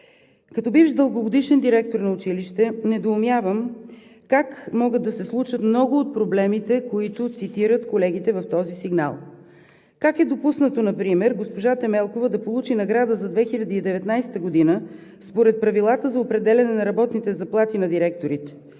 Като бивш дългогодишен директор на училище недоумявам как могат да се случат много от проблемите, които цитират колегите в този сигнал. Как е допуснато например госпожа Темелкова да получи награда за 2019 г. според Правилата за определяне на работните заплати на директорите?